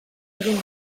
egin